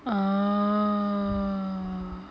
oo